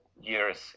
Years